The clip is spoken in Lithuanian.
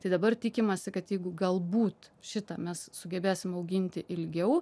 tai dabar tikimasi kad jeigu galbūt šitą mes sugebėsim auginti ilgiau